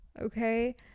Okay